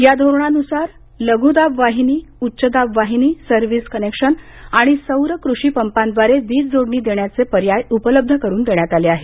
या धोरणानुसार लघुदाब वाहिनी उच्चदाब वाहिनी सर्विस कनेक्शन आणि सौर कृषीपंपांद्वारे वीज जोडणी देण्याचे पर्याय उपलब्ध करून देण्यात आले आहेत